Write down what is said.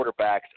quarterbacks